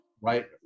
right